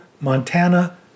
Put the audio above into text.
Montana